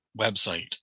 website